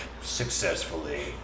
Successfully